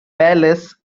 palace